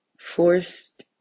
forced